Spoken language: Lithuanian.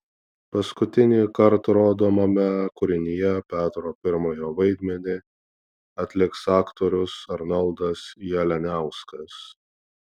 paskutinįkart rodomame kūrinyje petro pirmojo vaidmenį atliks aktorius arnoldas jalianiauskas